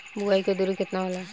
बुआई के दुरी केतना होला?